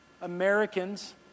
Americans